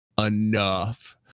enough